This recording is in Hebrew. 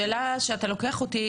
אתה לוקח אותי